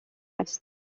است